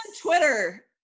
Twitter